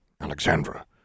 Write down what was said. Alexandra